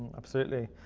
absolutely.